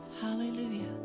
Hallelujah